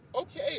Okay